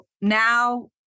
now